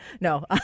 No